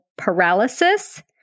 paralysis